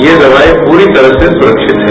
यह दवाई पूरी तरह से सुरक्षित है